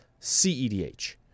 CEDH